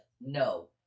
No